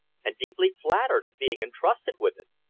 and deeply flattered at being entrusted with it.